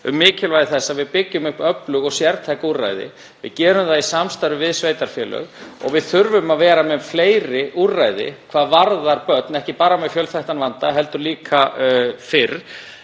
um mikilvægi þess að við byggjum upp öflug og sértæk úrræði. Við gerum það í samstarfi við sveitarfélög og við þurfum að vera með fleiri úrræði hvað varðar börn, ekki bara með fjölþættan vanda heldur líka úrræði